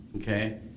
Okay